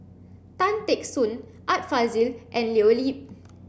Tan Teck Soon Art Fazil and Leo Yip